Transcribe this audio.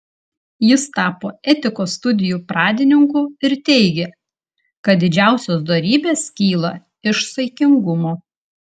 jis tapo etikos studijų pradininku ir teigė kad didžiausios dorybės kyla iš saikingumo